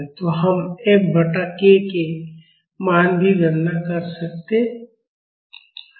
तो हम F बटाk के मान की गणना कर सकते हैं